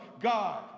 God